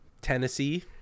tennessee